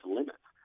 limits